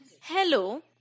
Hello